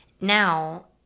now